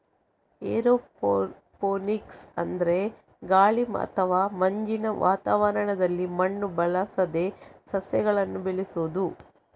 aeroponics ಅಂದ್ರೆ ಗಾಳಿ ಅಥವಾ ಮಂಜಿನ ವಾತಾವರಣದಲ್ಲಿ ಮಣ್ಣು ಬಳಸದೆ ಸಸ್ಯಗಳನ್ನ ಬೆಳೆಸುದು